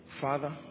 Father